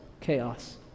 chaos